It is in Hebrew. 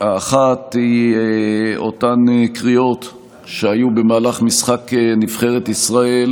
האחת, אותן קריאות שהיו במהלך משחק נבחרת ישראל